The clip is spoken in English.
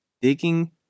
digging